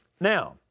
now